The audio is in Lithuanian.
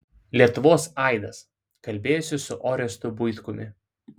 lietuvos aidas kalbėjosi su orestu buitkumi